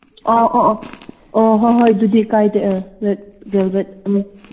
ꯑꯣ ꯑꯣ ꯑꯣ ꯑꯣ ꯍꯣꯏ ꯍꯣꯏ ꯑꯗꯨꯗꯤ ꯀꯥꯏꯗꯦ ꯑꯥ ꯔꯦꯠ ꯚꯦꯜꯚꯦꯠ ꯎꯝ